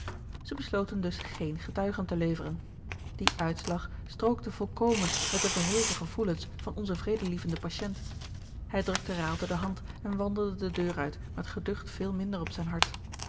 zij besloten dus geene getuigen te leveren die uitslag strookte volkomen met de verhevene gevoelens van onzen vredelievenden patient hij drukte raalte de hand en wandelde de deur uit met geducht veel minder op zijn hart